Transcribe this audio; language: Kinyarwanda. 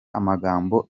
amagambo